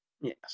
yes